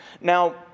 Now